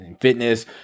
fitness